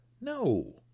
No